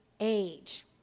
age